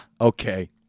okay